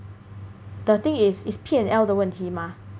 the thing is is P&L 的问题 mah